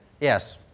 Yes